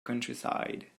countryside